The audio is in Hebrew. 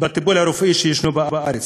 של הטיפול הרפואי שיש בארץ,